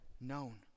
known